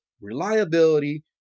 reliability